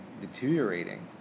deteriorating